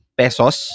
pesos